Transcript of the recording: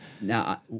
Now